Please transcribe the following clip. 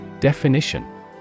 Definition